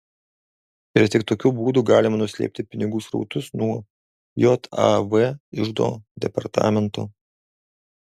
ir tik tokiu būdu galima nuslėpti pinigų srautus nuo jav iždo departamento